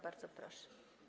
Bardzo proszę.